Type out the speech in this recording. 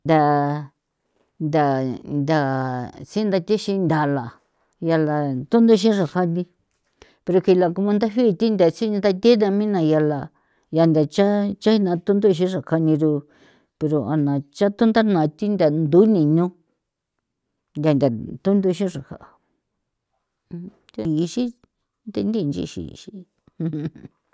Ntha ntha ntha sintha tixin nthala yala thunduxi xraja ni pero kjila como nthaji thi ntha tsinda thi nthamina yala ya ntha chaa nchjinja thunduxi xra kja niro pero ana cha thunda na thi ntha ndu ninu ntha thunduxi xraja thi ixi thindi ndixin xin.